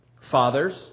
Fathers